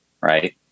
right